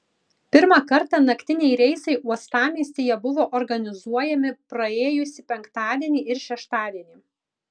pirmą kartą naktiniai reisai uostamiestyje buvo organizuojami praėjusį penktadienį ir šeštadienį